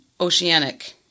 oceanic